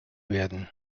werden